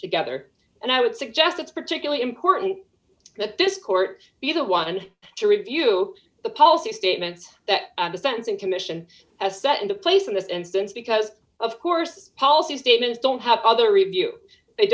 together and i would suggest it's particularly important that this court be the one to review the policy statements that the sentencing commission has set into place in this instance because of course policy statements don't have other review they